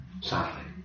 Sadly